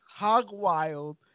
Hogwild